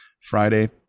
Friday